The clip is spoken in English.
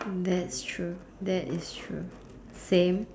that's true that is true same